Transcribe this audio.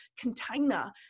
container